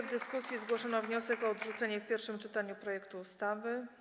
W dyskusji zgłoszono wniosek o odrzucenie w pierwszym czytaniu projektu ustawy.